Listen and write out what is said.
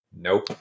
Nope